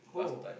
oh